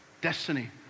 destiny